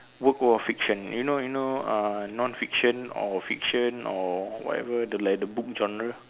work of fiction you know you know uh non fiction or fiction or whatever the like the book genre